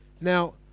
Now